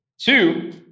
Two